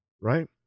right